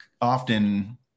often